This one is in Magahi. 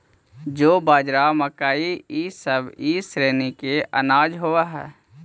जौ, बाजरा, मकई इसब ई श्रेणी के अनाज होब हई